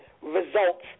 results